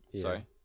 Sorry